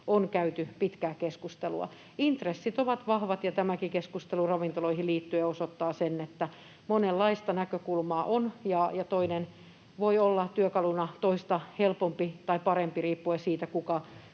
on käyty pitkään keskustelua. Intressit ovat vahvat, ja tämäkin keskustelu ravintoloihin liittyen osoittaa sen, että monenlaista näkökulmaa on, ja toinen voi olla työkaluna toista helpompi tai parempi riippuen siitä, kuka